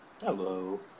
Hello